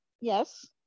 yes